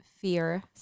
fear